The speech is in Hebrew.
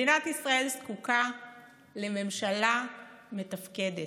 מדינת ישראל זקוקה לממשלה מתפקדת.